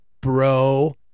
bro